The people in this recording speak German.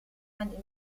man